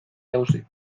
jauzi